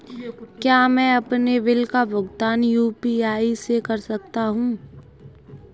क्या मैं अपने बिल का भुगतान यू.पी.आई से कर सकता हूँ?